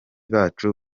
bacu